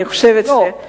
אני חושבת, לא.